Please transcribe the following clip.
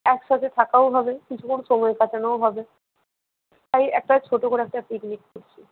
একসাথে থাকাও হবে কিছুক্ষণ সময় কাটানোও হবে তাই একটা ছোটো করে একটা পিকনিক করছি